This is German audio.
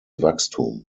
wachstum